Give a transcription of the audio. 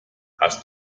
hast